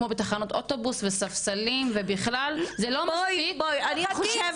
כמו בתחנות אוטובוס וספסלים ובכלל--- בואי אני חושבת